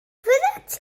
fyddet